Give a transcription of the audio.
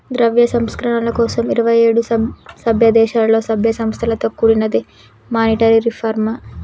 ద్రవ్య సంస్కరణల కోసం ఇరవై ఏడు సభ్యదేశాలలో, సభ్య సంస్థలతో కూడినదే మానిటరీ రిఫార్మ్